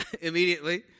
immediately